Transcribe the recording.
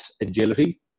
agility